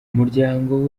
umuryango